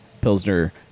Pilsner